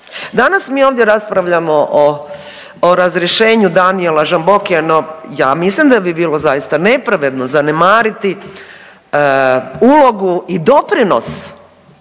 Danas mi ovdje raspravljamo o razrješenju Danijela Žambokija, no ja mislim da bi bilo zaista nepravedno zanemariti ulogu i doprinos